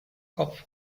kopf